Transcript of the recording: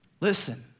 Listen